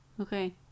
Okay